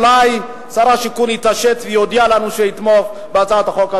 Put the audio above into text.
אולי שר השיכון יתעשת ויודיע לנו שהוא יתמוך בהצעת החוק,